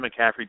McCaffrey